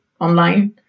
online